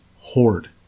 hoard